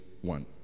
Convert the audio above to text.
one